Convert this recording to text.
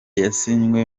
yasinywe